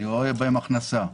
אני רואה בהם הכנסה.